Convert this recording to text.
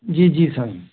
जी जी साईं